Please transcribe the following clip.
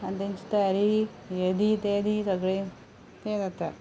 आनी तेंची तयारी हें दी तें दी सगळें तें जाता